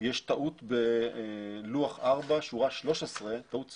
יש טעות בלוח ארבע, שורה 13, טעות סופר.